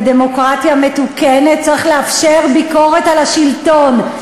בדמוקרטיה מתוקנת צריך לאפשר ביקורת על השלטון.